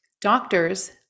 doctors